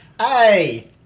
Hey